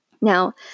Now